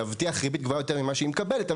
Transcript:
להבטיח ריבית גבוהה יותר ממה שהיא מקבלת,